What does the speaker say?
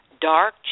dark